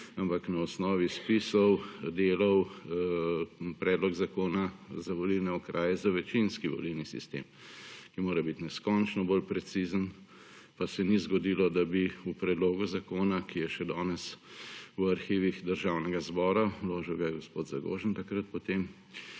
ampak na osnovi spisov delal predlog zakona za volilne okraje za večinski volilni sistem, ki mora biti neskončno bolj precizen, pa se ni zgodilo, da bi v predlogu zakona, ki je še danes v arhivih Državnega zbora. Vložil ga je gospod Zagožen takrat potem,